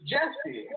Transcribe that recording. Jesse